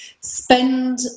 spend